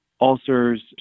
ulcers